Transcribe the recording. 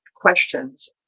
questions